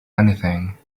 anything